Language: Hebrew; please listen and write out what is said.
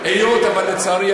לצערי,